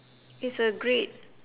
it's a great